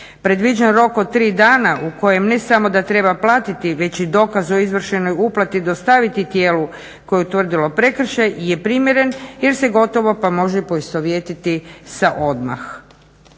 Predviđen rok od tri dana u kojem ne samo da treba platiti već i dokaz o izvršenoj uplati dostaviti tijelu koje je utvrdilo prekršaj je primjeren jer se gotovo pa može poistovjetiti sa odmah.